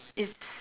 is